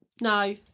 No